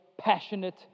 passionate